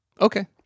Okay